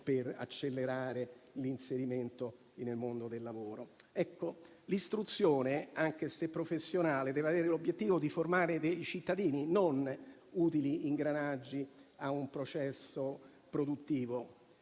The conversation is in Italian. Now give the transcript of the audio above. per accelerare l'inserimento nel mondo del lavoro. L'istruzione, anche se professionale, deve avere l'obiettivo di formare dei cittadini, non utili ingranaggi a un processo produttivo.